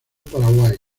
paraguay